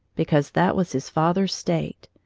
because that was his father's state.